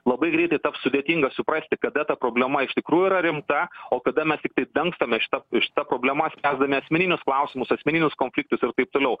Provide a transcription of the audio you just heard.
labai greitai taps sudėtinga suprasti kada ta problema iš tikrųjų yra rimta o kada mes tiktais dangstomės šita šita problema spręsdami asmeninius klausimus asmeninius konfliktus ir taip toliau